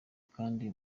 kandi